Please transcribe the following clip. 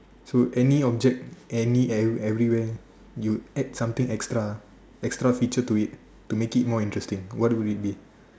to any objects any every everywhere you add something extra extra feature to it to make it more interesting what would it be